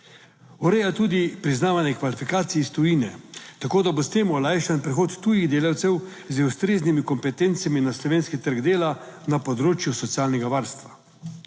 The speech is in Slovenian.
Ureja tudi priznavanje kvalifikacij iz tujine, tako da bo s tem olajšan prihod tujih delavcev z ustreznimi kompetencami na slovenski trg dela. Na področju socialnega varstva.